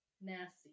nasty